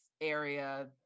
area